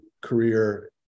career